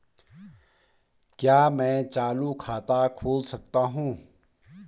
क्या मैं चालू खाता खोल सकता हूँ?